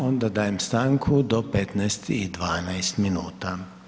Onda dajem stanku do 15 i 12 minuta.